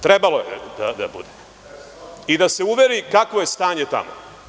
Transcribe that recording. Trebalo je da bude i da se uveri kakvo je stanje tamo.